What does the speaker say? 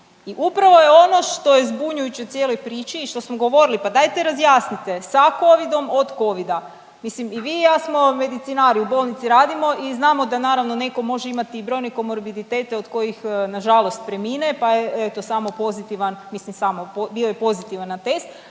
I upravo je ono što je zbunjujuće u cijeloj priči i što smo govorili pa dajte razjasnite. Sa covidom, od covida. Mislim i vi i ja smo medicinari, u bolnici radimo i znamo da naravno netko može imati i brojne komorbiditete od kojih nažalost premine pa je eto samo pozitivan, mislim samo bio je pozitivan na test